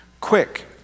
quick